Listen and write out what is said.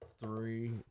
Three